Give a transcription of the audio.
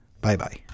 Bye-bye